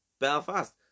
Belfast